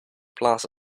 plaza